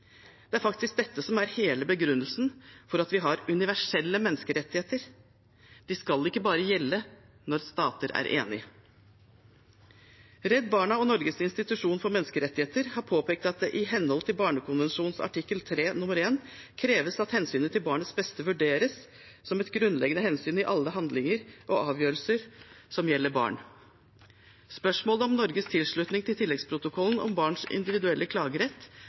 Det er faktisk dette som er hele begrunnelsen for at vi har universelle menneskerettigheter. De skal ikke bare gjelde når stater er enig i dem. Redd barna og Norges institusjon for menneskerettigheter har påpekt at det i henhold til barnekonvensjonens artikkel 3-1 kreves at hensynet til barnets beste vurderes som et grunnleggende hensyn i alle handlinger og avgjørelser som gjelder barn. Spørsmålet om Norges tilslutning til tilleggsprotokollen om barns individuelle klagerett